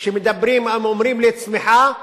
כשמדברים, הם אומרים צמיחה,